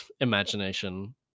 imagination